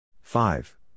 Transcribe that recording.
five